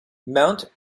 mount